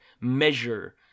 measure